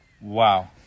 Wow